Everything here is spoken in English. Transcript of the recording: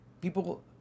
People